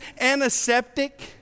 antiseptic